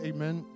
Amen